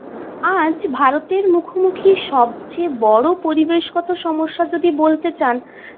আজ ভারতের মুখোমুখি সবচেয়ে বড়ো পরিবেশগত সমস্যা যদি বলতে চান